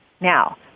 Now